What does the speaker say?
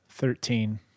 Thirteen